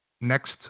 next